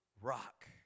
rock